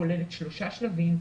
כוללת שלושה שלבים,